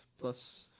plus